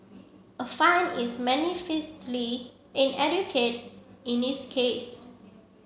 a fine is manifestly inadequate in this case